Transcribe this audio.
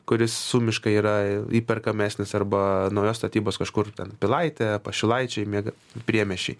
kuris sumiškai yra įperkamesnis arba naujos statybos kažkur ten pilaitė pašilaičiai miega priemiesčiai